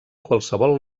qualsevol